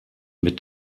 mit